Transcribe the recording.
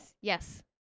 Yes